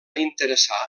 interessar